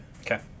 Okay